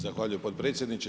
Zahvaljujem potpredsjedniče.